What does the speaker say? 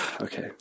Okay